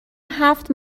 هفت